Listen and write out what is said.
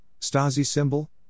Stasi-Symbol